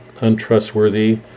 untrustworthy